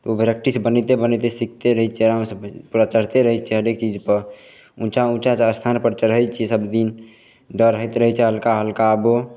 उ प्रैक्टिस बनैते बनैते सीखते रहय छियै आरामसँ बनि पूरा चढ़ते रहय छियै हरेक चीज पर उँचा उँचा स्थानपर चढ़य छियै सब दिन डर होइत रहय छै हल्का हल्का आबो